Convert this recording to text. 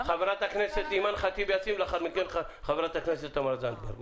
חברת הכנסת אימאן ח'טיב יאסין ולאחר מכן חברת הכנסת תמר זנדברג.